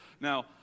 Now